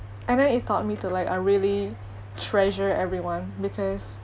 and then it thought me to like uh really treasure everyone because